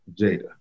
Jada